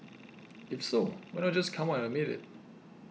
if so why not just come out and admit it